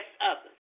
others